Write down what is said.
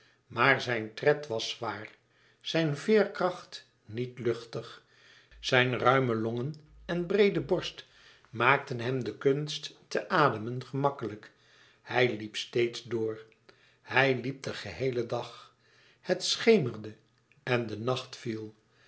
maar zijn tred was zwaar zijn veerkracht niet luchtig zijn ruime longen en breede borst maakten hem de kunst te ademen gemakkelijk hij liep steeds door hij liep den geheelen dag het schemerde en de nacht viel